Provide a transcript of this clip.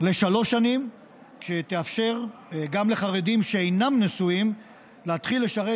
לשלוש שנים שתאפשר גם לחרדים שאינם נשואים להתחיל לשרת